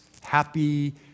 happy